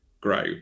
grow